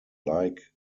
like